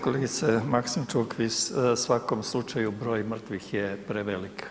Kolegice Maksimčuk u svakom slučaju broj mrtvih je prevelik.